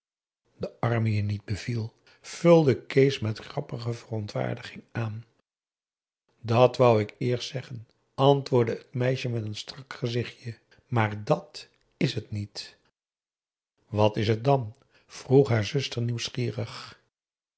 arme je niet beviel vulde kees met grappige verontwaardiging aan dat wou ik eerst zeggen antwoordde het meisje met een strak gezichtje maar dat is het niet p a daum hoe hij raad van indië werd onder ps maurits wat is het dan vroeg haar zuster nieuwsgierig